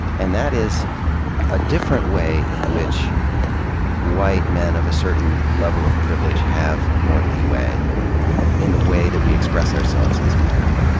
and that is a different way in which white men in a certain level of privilege have more leeway in the way that we express ourselves as men,